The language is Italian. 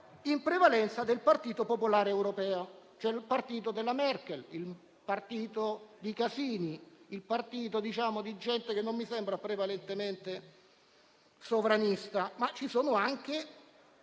in prevalenza del Partito Popolare Europeo, il partito della Merkel, il partito di Casini e di gente che non mi sembra prevalentemente sovranista. Ci sono però